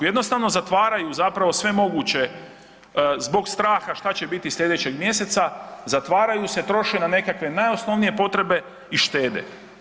Jednostavno zatvaraju zapravo sve moguće zbog straha šta će biti sljedećeg mjeseca, zatvaraju se, troše na nekakve najosnovnije potrebe i štede.